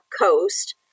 coast